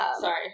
Sorry